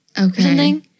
Okay